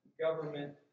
government